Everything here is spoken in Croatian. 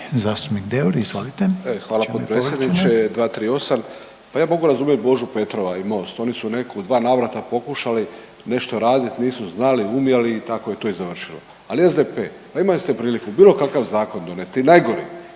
zastupnik Deur. **Deur, Ante (HDZ)** Hvala potpredsjedniče. 238. Pa ja mogu razumjeti Božu Petrova i MOST, oni su u dva navrata pokušali nešto raditi, nisu znali, umjeli i tako je to i završilo. Ali SDP pa imali ste priliku bilo kakav zakon donesti i najgori.